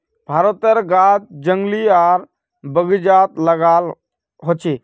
भारतेर गाछ जंगली आर बगिचात लगाल होचे